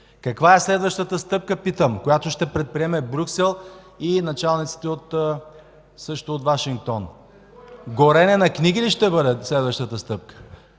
Каква е следващата стъпка, питам, която ще предприеме Брюксел и също – началниците от Вашингтон? Горене на книги ли ще бъде следващата стъпка,